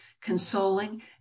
consoling